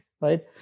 Right